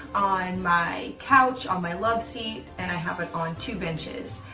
on my couch, on my love seat, and i have it on two benches.